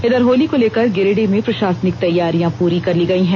इधर होली को लेकर गिरिडीह में प्रशासनिक तैयारियां पूरी कर ली गई हैं